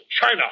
China